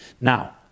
Now